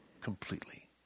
completely